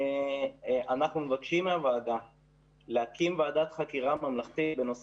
אנחנו מבקשים מהוועדה להקים ועדת חקירה ממלכתית בנושא